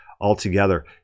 altogether